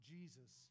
Jesus